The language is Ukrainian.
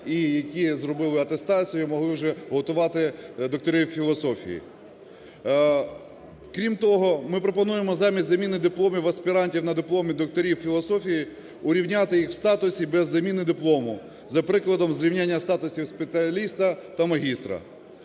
і які зробили атестацію, могли вже готувати докторів філософії. Крім того, ми пропонуємо замість заміни дипломів аспірантів на дипломи докторів філософії, урівняти їх в статусі без заміни диплому. За прикладом зрівняння статусів спеціаліста та магістра.